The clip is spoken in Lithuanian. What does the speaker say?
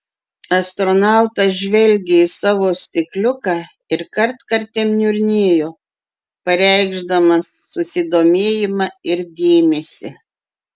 astronautas žvelgė į savo stikliuką ir kartkartėm niurnėjo pareikšdamas susidomėjimą ir dėmesį